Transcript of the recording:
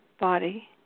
body